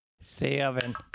Seven